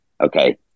okay